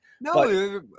No